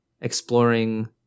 exploring